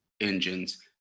engines